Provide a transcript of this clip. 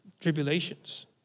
tribulations